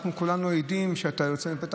אנחנו כולנו עדים לכך שאתה יוצא מפתח